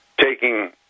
taking